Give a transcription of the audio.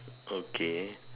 okay